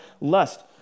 lust